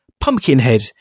Pumpkinhead